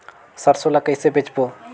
सरसो ला कइसे बेचबो?